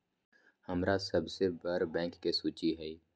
हमरा सबसे बड़ बैंक के सूची चाहि